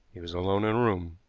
he was alone in a room.